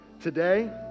Today